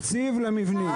חסר תקציב למבנים.